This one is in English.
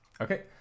okay